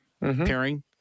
pairing